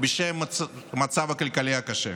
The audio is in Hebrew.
בשל המצב הכלכלי הקשה.